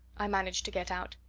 i managed to get out.